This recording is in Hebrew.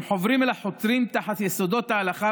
הם חוברים אל החותרים תחת יסודות ההלכה